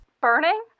Burning